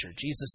Jesus